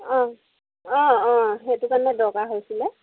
অঁ অঁ অঁ সেইটো কাৰণে দৰকাৰ হৈছিলে